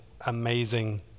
amazing